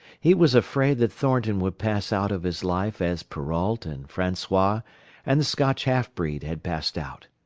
he was afraid that thornton would pass out of his life as perrault and francois and the scotch half-breed had passed out.